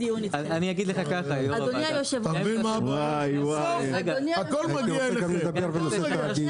בסוף הכול מגיע לאוצר.